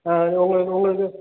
ஆ உங்கள் உங்களுக்கு